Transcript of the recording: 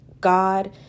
God